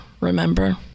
remember